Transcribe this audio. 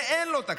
ואין לו תקציב.